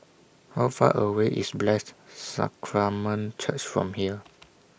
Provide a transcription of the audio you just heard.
How Far away IS Blessed Sacrament Church from here